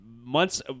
Months